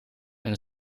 een